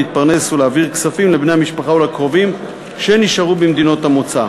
להתפרנס ולהעביר כספים לבני המשפחה ולקרובים שנשארו במדינות המוצא.